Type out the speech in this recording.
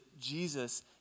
Jesus